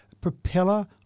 propeller